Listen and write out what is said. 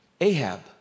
Ahab